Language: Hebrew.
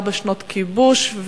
44 שנות כיבוש.